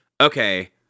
okay